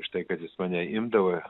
už tai kad jis mane imdavo